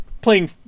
playing